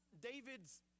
David's